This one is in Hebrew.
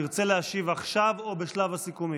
תרצה להשיב עכשיו או בשלב הסיכומים?